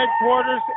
headquarters